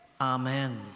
Amen